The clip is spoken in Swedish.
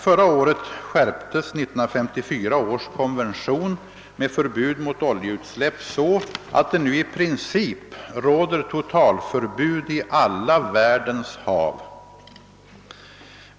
Förra året skärptes 1954 års konvention med förbud mot oljeutsläpp så att det nu i princip råder totalförbud i alla världens hav.